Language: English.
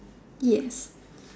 yes